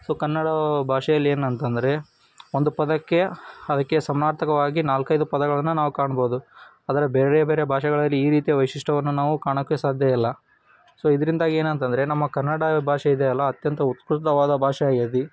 so Kannada ಭಾಷೆಯಲ್ಲಿ ಏನಂತಂದರೆ ಒಂದು ಪದಕ್ಕೆ ಅದಕ್ಕೆ ಸಮನಾರ್ಥಕವಾಗಿ ನಾಲ್ಕೈದು ಪದಗಳನ್ನು ನಾವು ಕಾಣ್ಬೋದು ಆದರೆ ಬೇರೆ ಬೇರೆ ಭಾಷೆಗಳಲ್ಲಿ ಈ ರೀತಿಯ ವೈಶಿಷ್ಟ್ಯವನ್ನು ನಾವು ಕಾಣೋಕ್ಕೆ ಸಾಧ್ಯ ಇಲ್ಲ ಸೊ ಇದ್ರಿಂದಾಗಿ ಏನಂತಂದರೆ ನಮ್ಮ ಕನ್ನಡ ಭಾಷೆ ಇದೆ ಅಲ್ಲ ಅತ್ಯಂತ ಉತ್ಕೃಷ್ಟವಾದ ಭಾಷೆ ಆಗೈತಿ